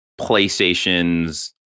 PlayStation's